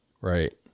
Right